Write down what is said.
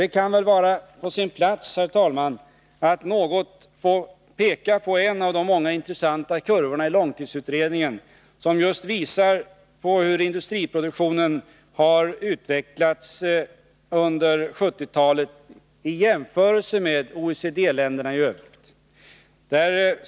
Det kan väl vara på sin plats att något peka på en av de många intressanta kurvorna i långtidsutredningen, som just visar på hur industriproduktionen har utvecklats under 1970-talet i jämförelse med OECD länderna i övrigt.